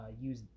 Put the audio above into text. use